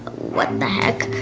what the heck?